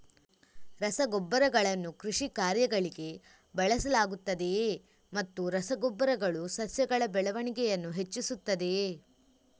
ರಸಗೊಬ್ಬರಗಳನ್ನು ಕೃಷಿ ಕಾರ್ಯಗಳಿಗೆ ಬಳಸಲಾಗುತ್ತದೆಯೇ ಮತ್ತು ರಸ ಗೊಬ್ಬರಗಳು ಸಸ್ಯಗಳ ಬೆಳವಣಿಗೆಯನ್ನು ಹೆಚ್ಚಿಸುತ್ತದೆಯೇ?